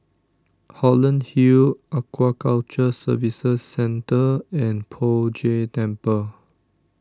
Holland Hill Aquaculture Services Centre and Poh Jay Temple